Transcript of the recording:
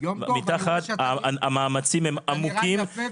מתחת המאמצים הם עמוקים